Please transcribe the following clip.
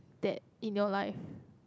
that in your life